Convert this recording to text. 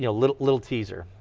you know little little teaser.